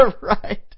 Right